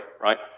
right